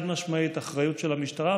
חד-משמעית, זו אחריות של המשטרה.